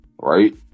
right